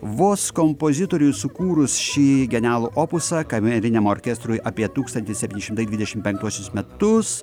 vos kompozitoriui sukūrus šį genialų opusą kameriniam orkestrui apie tūkstantis septyni šimtai dvidešimt penktuosius metus